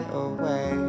away